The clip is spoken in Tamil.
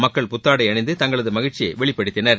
மக்கள் புத்தாடை அணிந்து தங்களது மகிழ்ச்சியை வெளிப்படுத்தினர்